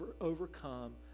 overcome